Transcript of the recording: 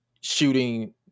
shooting